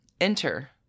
Enter